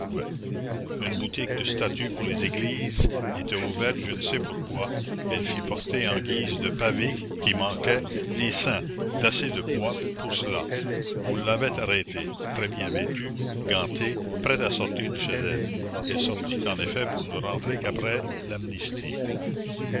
une boutique de statues pour les églises était ouverte je ne sais pourquoi elle fit porter en guise de pavés qui manquaient les saints d'assez de poids pour cela on l'avait arrêtée très bien vêtue gantée prête à sortir de chez elle elle sortit en effet pour ne rentrer qu'après l'amnistie